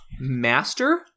Master